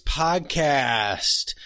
podcast